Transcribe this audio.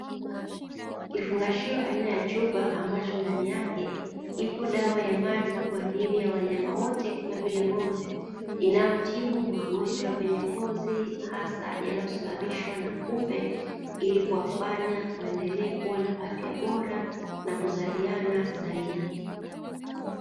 Kifungashio aina ya chupa ambacho ndani yake ipo dawa ya maji kwaajili ya wanyama wote kama vile ng'ombe, inayotibu magonjwa kwenye ngozi hasa yanayosababishwa na kupe ili kuwafanya waendelee kua na afya bora na kuzaliana zaidi.